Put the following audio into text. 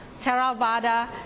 Theravada